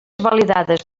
validades